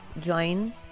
join